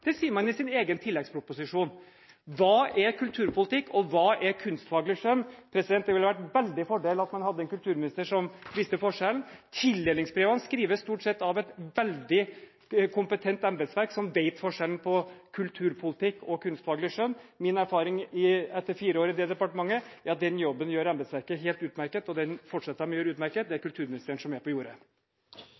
Det sier man i sin egen tilleggsproposisjon. Hva er kulturpolitikk, og hva er kunstfaglig skjønn? Det hadde vært en stor fordel om man hadde hatt en kulturminister som visste forskjellen. Tildelingsbrevene skrives stort sett av et veldig kompetent embetsverk som vet forskjellen på kulturpolitikk og kunstfaglig skjønn. Min erfaring etter fire år i det departementet er at den jobben gjør embetsverket helt utmerket, og den fortsetter de å gjøre helt utmerket. Det er kulturministeren som er på jordet.